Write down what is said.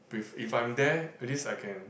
if I'm there at least I can